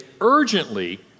urgently